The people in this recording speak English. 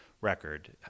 record